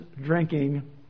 drinking